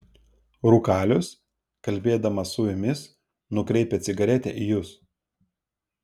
rūkalius kalbėdamas su jumis nukreipia cigaretę į jus